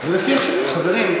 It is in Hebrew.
חברים,